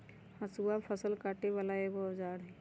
हसुआ फ़सल काटे बला एगो औजार हई